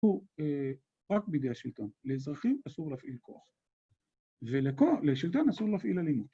‫הוא רק בגלל השלטון. ‫לאזרחים אסור להפעיל כוח. ‫ולשלטון אסור להפעיל אלימות.